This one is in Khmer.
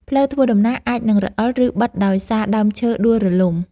ផ្លូវធ្វើដំណើរអាចនឹងរអិល ឬបិទដោយសារដើមឈើដួលរលំ។